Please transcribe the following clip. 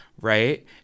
Right